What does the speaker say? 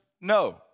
No